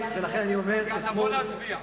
גם נבוא להצביע.